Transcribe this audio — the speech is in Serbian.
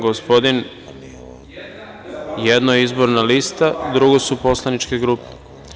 Jedno je izborna lista, drugo su poslaničke grupe.